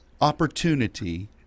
opportunity